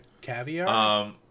Caviar